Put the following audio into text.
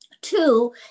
Two